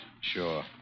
Sure